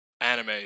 anime